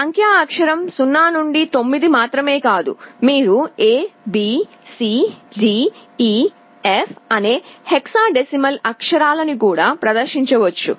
సంఖ్యా అక్షరం 0 నుండి 9 మాత్రమే కాదు మీరు A B C D E F అనే హెక్సాడెసిమల్ అక్షరాలను కూడా ప్రదర్శించవచ్చు